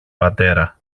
πατέρα